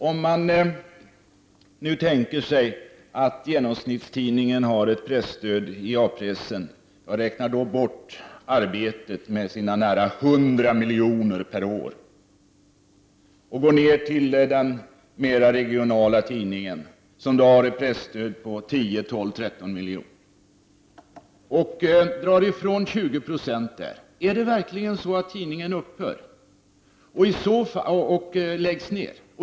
Om man nu tänker sig att man drar ned 20 26 från det presstöd som genomsnittstidningen i A pressen får — jag räknar bort Arbetet med sina nära 100 miljoner per år och går ner till den regionala tidningen som har ett presstöd på 10, 12 eller 13 miljoner — är det verkligen så att tidningen upphör eller läggs ned?